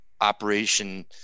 operation